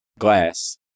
Glass